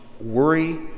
worry